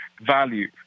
value